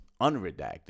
unredacted